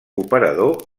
operador